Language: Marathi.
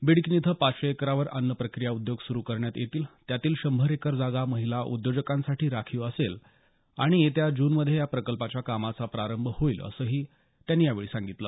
बीडकीन इथं पाचशे एकरवर अन्न प्रक्रीया उद्योग सुरू करण्यात येतील त्यातील शंभर एकर जागा महिला उद्योजकांसाठी राखीव असेल आणि येत्या जूनमध्ये या प्रकल्पांच्या कामाचा प्रारंभ होईल असंही त्यांनी यावेळी सांगितलं